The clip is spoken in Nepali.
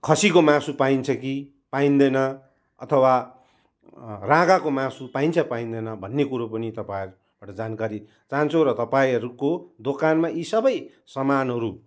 खसीको मासु पाइन्छ कि पाइँदैन अथवा राँगाको मासु पाइन्छ पाइँदैन भन्ने कुरो पनि तपाईँहरूबाट जानकारी चाहन्छु र तपाईँहरूको दोकानमा यी सबै सामानहरू